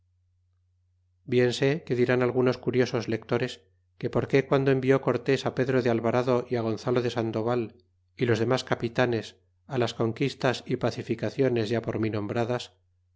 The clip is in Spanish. bien sé que dirán algunos curiosos lectores que por qué guando envió cortés pedro de alvarado y á gonzalo de sandoval y los tiernas capitanes á las conquistas y pacificaciones ya por mí nombradas